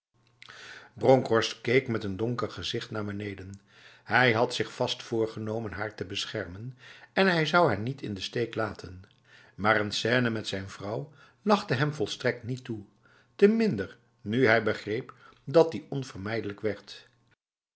bronkhorst keek met een donker gezicht naar beneden hij had zich vast voorgenomen haar te beschermen en hij zou haar niet in de steek laten maar een scène met zijn vrouw lachte hem volstrekt niet toe te minder nu hij begreep dat die onvermijdelijk werd